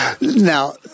Now